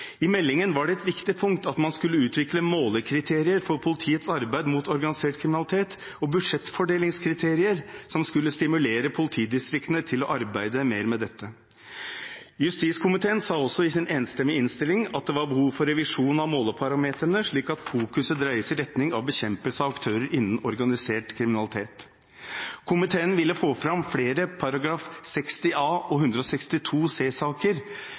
I meldingen var det et viktig punkt at man skulle utvikle målekriterier for politiets arbeid mot organisert kriminalitet og budsjettfordelingskriterier som skulle stimulere politidistriktene til å arbeide mer med dette. Justiskomiteen sa også i sin enstemmige innstilling at det var behov for revisjon av måleparameterne slik at fokuset dreies i retning av bekjempelse av aktører innen organisert kriminalitet. Komiteen ville få fram flere §§ 60a og